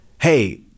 hey